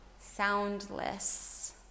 soundless